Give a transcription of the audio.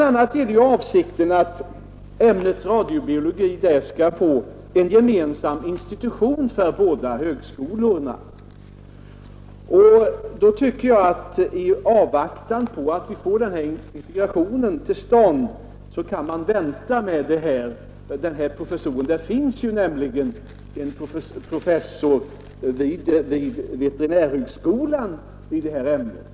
a. är det avsikten att ämnet radiobiologi där skall få en gemensam institution för båda högskolorna. Då tycker jag att vi i avvaktan på den integrationen kan vänta med den här professuren. Det finns nämligen en professor vid veterinärhögskolan i ämnet.